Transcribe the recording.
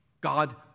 God